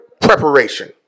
preparation